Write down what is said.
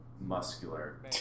muscular